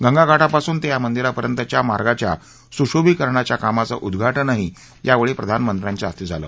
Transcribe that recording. गंगाघाटापासून ते या मंदिरापर्यंतच्या मार्गाच्या सुशोभिकरणाच्या कामाचं उद्घाटनही यावेळी प्रधानमंत्र्यांच्या हस्ते झालं